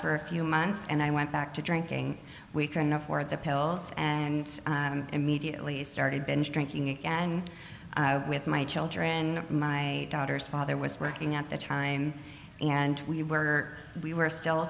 for a few months and i went back to drinking we couldn't afford the pills and immediately started binge drinking again and with my children my daughter's father was working at the time and we were we were still